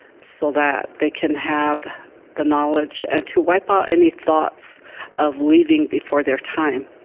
so that they can have the knowledge and to wipe out any thoughts of leaving before their time,